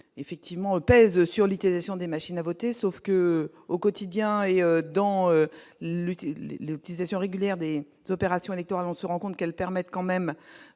effectivement pèsent sur les questions des machines à voter, sauf que, au quotidien, et dont l'utile l'utilisation régulière dès opérations électorales, on se rend compte qu'elles permettent quand même